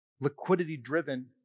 liquidity-driven